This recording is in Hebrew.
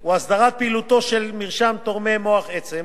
הוא הסדרת פעילותו של מרשם תורמי מוח עצם.